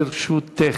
לרשותך.